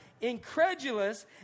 incredulous